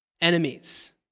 enemies